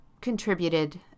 contributed